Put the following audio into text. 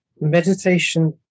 meditation